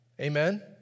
Amen